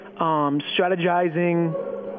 strategizing